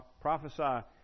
Prophesy